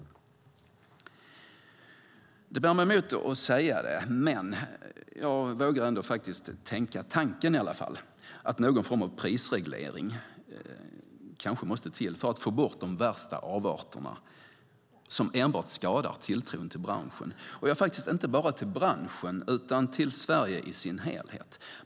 Det bär mig emot att säga det, men jag vågar ändå tänka tanken att någon form av prisreglering kanske måste till för att få bort de värsta avarterna, som enbart skadar tilltron till branschen - och inte bara till branschen utan till Sverige i sin helhet.